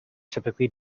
typically